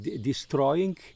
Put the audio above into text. destroying